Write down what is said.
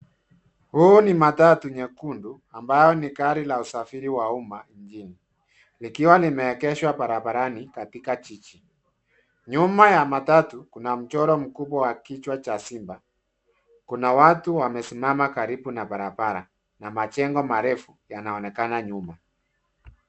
Huu ni matatu nyekundu ambayo ni gari la usafiri wa uma mjini likiwa limeegeshwa barabarani katika jiji. Nyuma ya matatu kuna mchoro mkubwa ya kichwa cha simba . Kuna watu wamesimama karibu na barabara na majengo marefu yanayooenekana nyuma.